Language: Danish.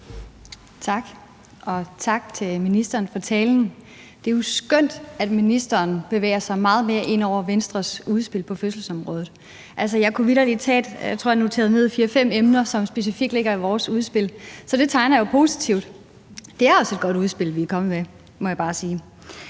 Tak. Og tak til ministeren for talen. Det er jo skønt, at ministeren bevæger sig meget mere ind over Venstres udspil på fødselsområdet, altså, jeg kunne vitterlig tage fire-fem af de emner, som jeg noterede ned, som specifikt lægger i vores udspil. Så det tegner jo positivt. Det er også et godt udspil, vi er kommet med,